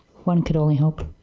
one could only hope?